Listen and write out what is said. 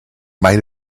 might